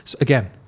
again